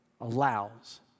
allows